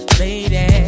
lady